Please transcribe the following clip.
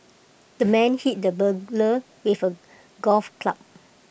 the man hit the burglar with A golf club